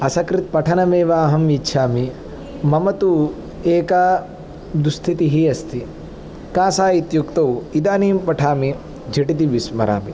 असकृत्पठनम् एव अहम् इच्छामि मम तु एका दुस्स्थितिः अस्ति का सा इत्युक्तौ इदानीं पठामि झटिति विस्मरामि